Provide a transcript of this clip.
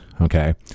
Okay